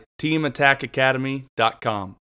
teamattackacademy.com